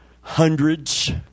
hundreds